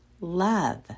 love